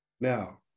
Now